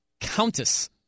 Countess